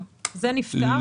זה נפתר?